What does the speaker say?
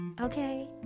Okay